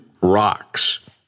Rocks